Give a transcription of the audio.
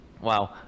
Wow